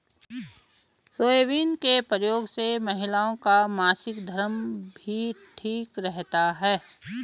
soybean के प्रयोग से महिलाओं का मासिक धर्म भी ठीक रहता है